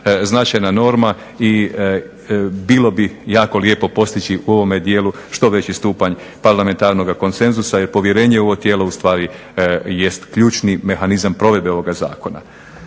značajna norma i bilo bi jako lijepo postići u ovome dijelu što veći stupanj parlamentarnoga konsenzusa. Jer povjerenje u ovo tijelo u stvari jest ključni mehanizam provedbe ovoga zakona.